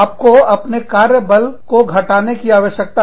आपको अपने कार्य बल को घटाने की आवश्यकता है